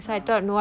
oh